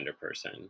person